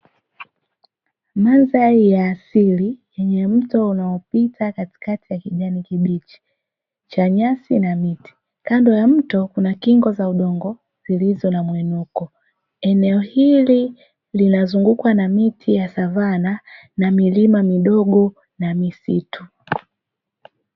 Mandhari ya asili yenye mto unaopita katikati ya kijani kibichi cha nyasi na miti kando ya mto kuna kingo za udongo zilizo na mwinuko, eneo hili linazungukwa na miti ya savana na milima midogo na misitu.